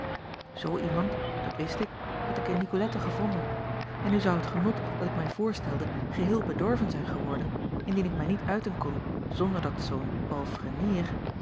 oo iemand dat wist ik had ik in icolette gevonden en nu zou het genot dat ik mij voorstelde geheel bedorven zijn geworden indien ik mij niet uiten kon zonder dat zoo n palfrenier